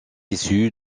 issue